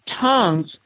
tongues